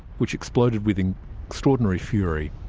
which exploded with and extraordinary fury.